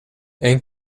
eén